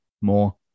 more